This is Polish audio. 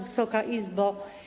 Wysoka Izbo!